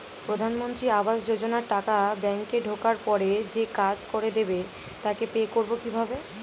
প্রধানমন্ত্রী আবাস যোজনার টাকা ব্যাংকে ঢোকার পরে যে কাজ করে দেবে তাকে পে করব কিভাবে?